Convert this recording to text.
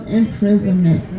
imprisonment